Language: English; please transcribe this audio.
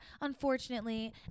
unfortunately